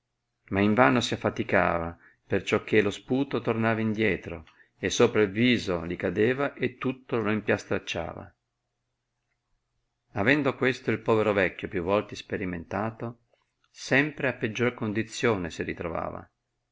ma in vano si affaticava perciò che lo sputo tornava indietro e sopra il viso li cadeva e tutto lo impiastracciava avendo questo il povero vecchio più volte isperimentato sempre a peggior condizione si ritrovava